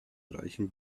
reichen